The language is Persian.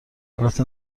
البته